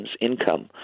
income